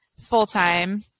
full-time